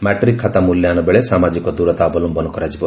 matric ଖାତା ମ୍ଲ୍ଯାୟନ ବେଳେ ସାମାଜିକ ଦ୍ରତା ଅବଲମ୍ନ କରାଯିବ